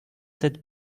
sept